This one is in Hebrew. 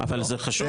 אבל זה חשוב.